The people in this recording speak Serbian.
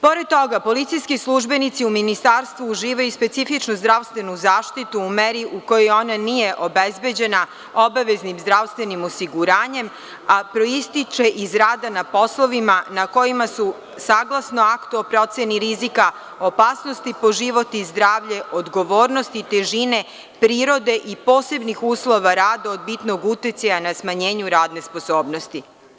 Pored toga, policijski službenici u Ministarstvu uživaju i specifičnu zdravstvenu zaštitu u meri u kojoj ona nije obezbeđena obaveznim zdravstvenim osiguranjem, a proističe iz rada na poslovima, na kojima su saglasno aktu o proceni rizika opasnosti po život i zdravlje, odgovornosti, težine, prirode i posebnih uslova rada od bitnog uticaja na smanjenje radne sposobnosti.